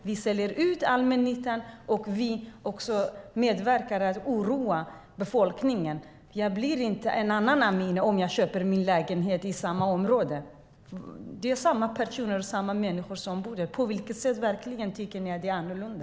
Vi säljer ut allmännyttan och medverkar till att oroa befolkningen. Jag blir inte en annan Amineh om jag köper min lägenhet i samma område. Det är samma människor som bor där. På vilket sätt tycker ni att det är annorlunda?